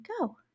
go